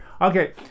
Okay